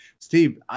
Steve